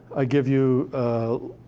i give you a.